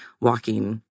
walking